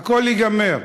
הכול ייגמר.